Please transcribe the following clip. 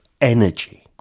energy